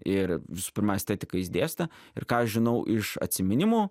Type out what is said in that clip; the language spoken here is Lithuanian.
ir visų pirma estetiką jis dėstė ir ką aš žinau iš atsiminimų